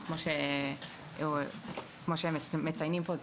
כמו שמציינים פה,